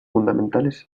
fundamentales